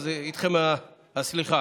אז איתכם הסליחה.